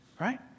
right